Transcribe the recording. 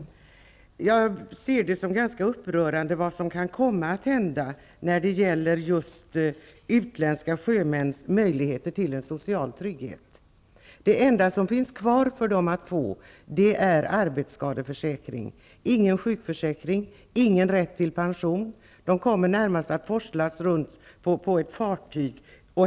Vad som kan komma att hända ser jag som ganska upprörande när det gäller utländska sjömäns möjligheter till en social trygghet. Det enda som finns kvar för dem att få är arbetsskadeförsäkring, ingen sjukförsäkring, ingen rätt till pension. De kommer endast att forslas runt på ett fartyg.